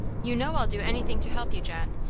you know i'll do anything to help you, john.